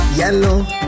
yellow